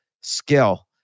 skill